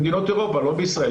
במדינות אירופה, לא בישראל.